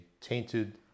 tainted